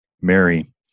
mary